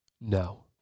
No